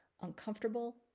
uncomfortable